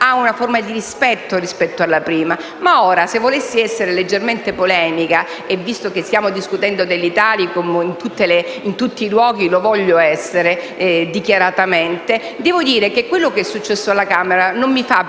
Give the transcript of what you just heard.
ha una forma di rispetto nei confronti della prima. Ma ora, se volessi essere leggermente polemica (e, visto che stiamo discutendo dell'Italicum in tutti i luoghi, lo voglio essere dichiaratamente), dovrei dire che quanto è successo alla Camera non mi fa ben